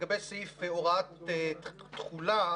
לגבי הוראת תחולה